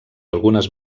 algunes